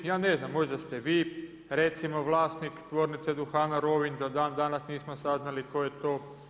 Ja ne znam, možda ste vi recimo vlasnik Tvornice Duhana Rovinj, do dan danas nismo saznali tko je to.